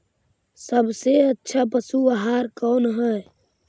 सबसे अच्छा पशु आहार कौन है?